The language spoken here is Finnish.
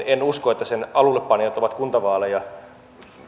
en usko että lex malmin sen kansalaisaloitteen alullepanijat ovat kuntavaaleja